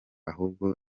ahubwo